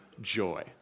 joy